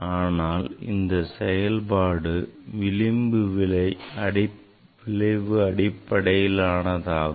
ஆனால் இதன் செயல்பாடு விளிம்பு விளைவு அடிப்படையிலானதாகும்